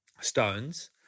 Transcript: Stones